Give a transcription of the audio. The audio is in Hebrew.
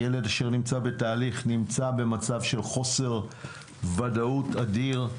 הילד אשר נמצא בתהליך נמצא במצב של חוסר ודאות אדיר.